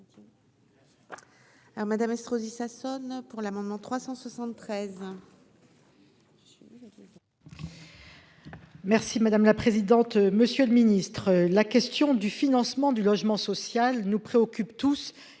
Madame Estrosi Sassone pour l'amendement 373.